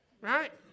right